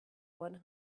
one